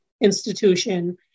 institution